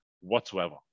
whatsoever